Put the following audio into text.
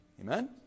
Amen